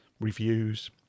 reviews